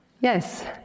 Yes